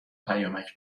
پیامک